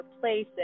places